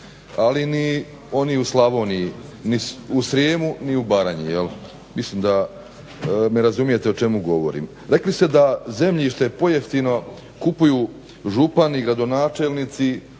ali ni oni u Slavoniji, ni u Srijemu, ni u Baranji. Mislim da me razumijete o čemu govorim. Rekli ste da zemljište pojeftino kupuju župani, gradonačelnici,